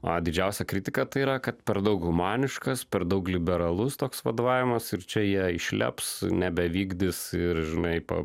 o didžiausia kritika tai yra kad per daug humaniškas per daug liberalus toks vadovavimas ir čia jie išleps nebevykdys ir žinai pa